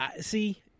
see